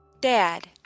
dad